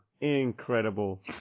Incredible